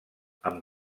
amb